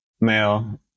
male